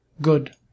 good